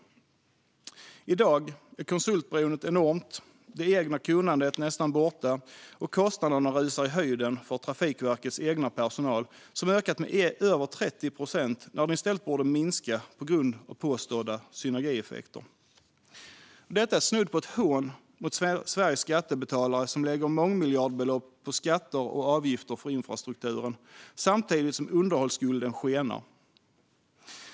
I dag är konsultberoendet enormt, det egna kunnandet är nästan borta och kostnaderna rusar i höjden för Trafikverkets egen personal, som ökat med över 30 procent när den i stället borde minska med tanke på påstådda synergieffekter. Detta är snudd på ett hån mot Sveriges skattebetalare, som lägger mångmiljardbelopp i skatter och avgifter på infrastrukturen samtidigt som underhållsskulden skenar.